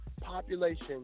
population